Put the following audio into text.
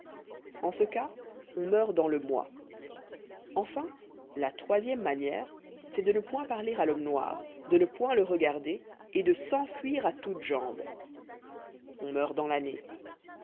en ce cas on meurt dans le mois enfin la troisième manière c'est de ne point parler à l'homme noir de ne point le regarder et de s'enfuir à toutes jambes on meurt dans l'année